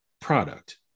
product